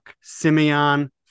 Simeon